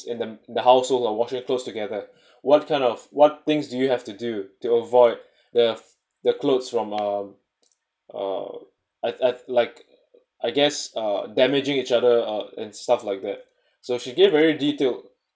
in the the household washing clothes together what kind of what things do you have to do to avoid the the clothes from um uh at at like I guess uh damaging each other out and stuff like that so she gave very detailed